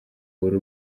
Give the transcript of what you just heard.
buri